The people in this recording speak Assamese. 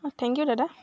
অঁ থেংক ইউ দাদা